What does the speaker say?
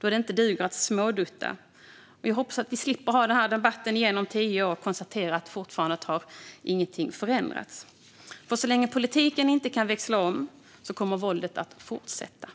Det duger inte att smådutta. Jag hoppas att vi slipper ha den här debatten igen om tio år och konstatera att ingenting har förändrats. Så länge politiken inte kan växla om kommer våldet att fortsätta.